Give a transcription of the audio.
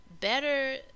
better